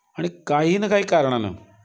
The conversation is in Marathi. आणि काही ना काही कारणानं